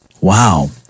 Wow